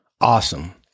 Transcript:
Awesome